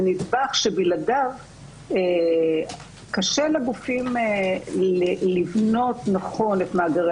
זה נדבך שבלעדיו קשה לגופים לבנות נכון את מאגרי